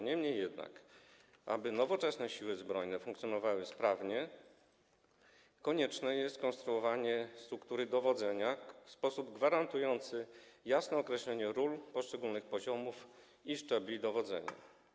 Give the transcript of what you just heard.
Niemniej jednak, aby nowoczesne Siły Zbrojne funkcjonowały sprawnie, konieczne jest skonstruowanie struktury dowodzenia w sposób gwarantujący jasne określenie ról poszczególnych poziomów i szczebli dowodzenia.